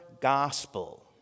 gospel